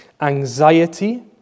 anxiety